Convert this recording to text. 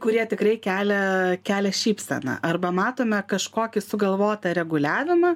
kurie tikrai kelia kelia šypseną arba matome kažkokį sugalvotą reguliavimą